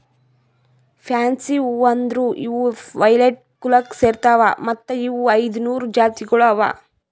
fancy ಹೂವು ಅಂದುರ್ ಇವು ವೈಲೆಟ್ ಕುಲಕ್ ಸೇರ್ತಾವ್ ಮತ್ತ ಇವು ಐದ ನೂರು ಜಾತಿಗೊಳ್ ಅವಾ